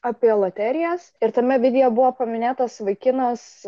apie loterijas ir tame vidijo buvo paminėtas vaikinas